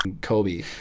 Kobe